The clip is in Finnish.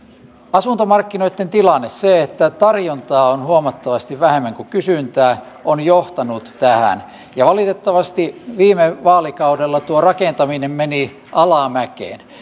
asuntomarkkinoitten tilanne se että tarjontaa on huomattavasti vähemmän kuin kysyntää on johtanut tähän ja valitettavasti viime vaalikaudella tuo rakentaminen meni alamäkeen